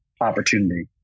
opportunity